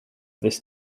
this